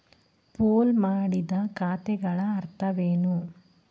Pool ಮಾಡಿದ ಖಾತೆಗಳ ಅರ್ಥವೇನು?